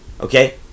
Okay